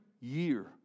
year